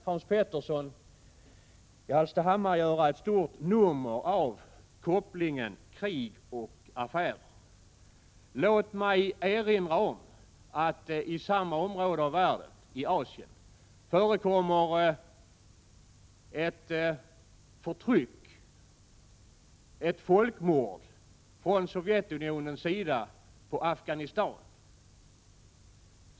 Hans Petersson i Hallstahammar försöker göra ett stort nummer av kopplingen krig-affärer. Låt mig erinra om att det i samma område av världen, i Asien, förekommer ett förtryck, ett folkmord, från Sovjetunionens sida mot befolkningen i Afghanistan.